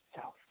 self